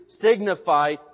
signify